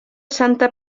santa